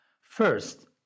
First